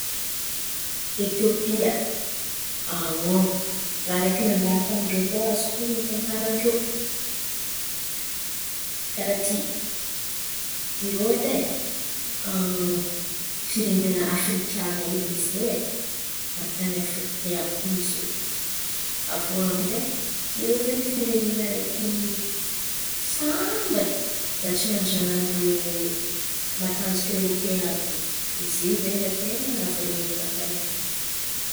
Etiôpia raha araiky nandalo tamin-drô tao, ny azoko honon̈o tantaran-drô karàha ity; irô edy firenena afrikanina edy misy irô ai. An-tan̈in'ny afrikain misy irô. Avô aminjay irô zen̈y firenena araiky sambany mba tsy nanjanahan'irô matanjaka irô Erôpeanina àby iô zen̈y. Zen̈y ten̈a nahavarian̈a tamin'ny tantaran-drô.